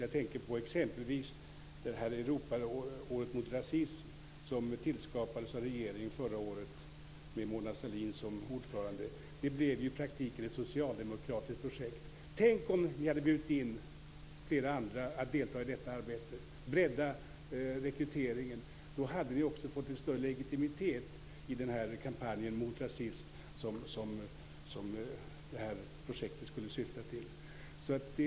Jag tänker exempelvis på Europaåret mot rasism, som tillskapades av regeringen förra året med Mona Sahlin som ordförande. Det blev ju i praktiken ett socialdemokratiskt projekt. Tänk om ni hade bjudit in flera andra att delta i detta arbete, breddat rekryteringen! Då hade ni också fått en större legitimitet i den kampanj mot rasism som det här projektet skulle syfta till.